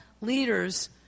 leaders